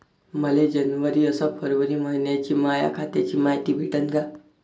मले जनवरी अस फरवरी मइन्याची माया खात्याची मायती भेटन का?